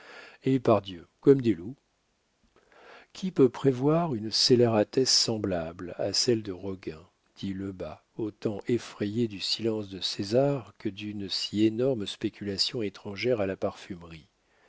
et pardieu comme des loups qui peut prévoir une scélératesse semblable à celle de roguin dit lebas autant effrayé du silence de césar que d'une si énorme spéculation étrangère à la parfumerie